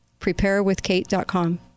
preparewithkate.com